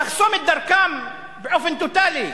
לחסום את דרכם באופן טוטלי.